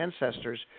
ancestors